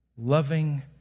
loving